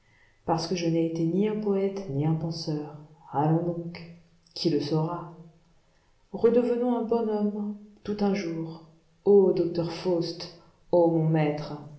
parce que je n'ai été ni un poëte ni un penseur allons donc qui le saura redevenons un bon homme tout un jour o docteur faust ô mon maître